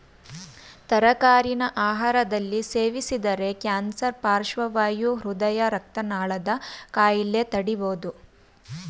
ತರಕಾರಿನ ಆಹಾರದಲ್ಲಿ ಸೇವಿಸಿದರೆ ಕ್ಯಾನ್ಸರ್ ಪಾರ್ಶ್ವವಾಯು ಹೃದಯ ರಕ್ತನಾಳದ ಕಾಯಿಲೆ ತಡಿಬೋದು